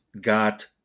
got